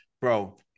bro